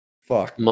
fuck